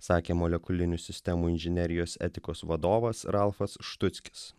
sakė molekulinių sistemų inžinerijos etikos vadovas ralfas štuckis